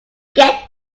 get